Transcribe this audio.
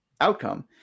outcome